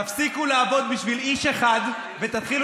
תפסיקו לעבוד בשביל איש אחד ותתחילו